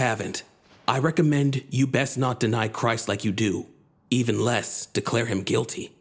haven't i recommend you best not deny christ like you do even less declare him guilty